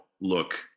look